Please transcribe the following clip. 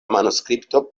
manuskripto